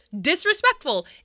disrespectful